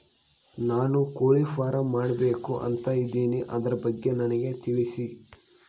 ನಾನು ಕೋಳಿ ಫಾರಂ ಮಾಡಬೇಕು ಅಂತ ಇದಿನಿ ಅದರ ಬಗ್ಗೆ ನನಗೆ ತಿಳಿಸಿ?